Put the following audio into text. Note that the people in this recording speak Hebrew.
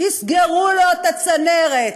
יסגרו לו את הצנרת,